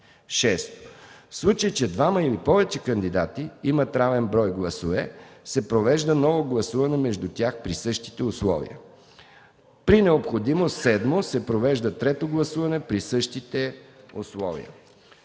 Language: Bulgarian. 6. В случай, че двама или повече кандидати имат равен брой гласове, се провежда ново гласуване между тях при същите условия. 7. При необходимост се провежда трето гласуване при същите условия.”